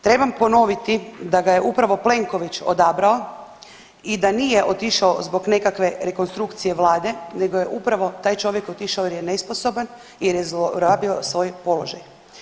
Trebam ponoviti da ga je upravo Plenković odabrao i da nije otišao zbog nekakve rekonstrukcije Vlade nego je upravo taj čovjek otišao jer je nesposoban, jer je zlorabio svoj položaj.